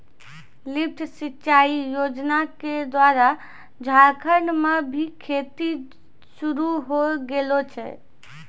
lift सिंचाई योजना क द्वारा झारखंड म भी खेती शुरू होय गेलो छै